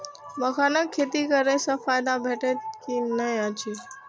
मखानक खेती करे स फायदा भेटत की नै अछि?